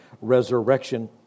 resurrection